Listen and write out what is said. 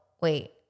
wait